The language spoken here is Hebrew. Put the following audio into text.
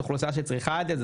זו אוכלוסייה שצריכה את זה,